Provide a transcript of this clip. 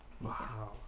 wow